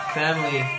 family